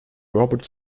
robert